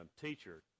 Teacher